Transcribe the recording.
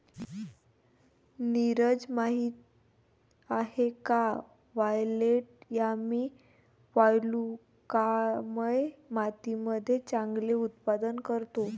नीरज माहित आहे का वायलेट यामी वालुकामय मातीमध्ये चांगले उत्पादन करतो?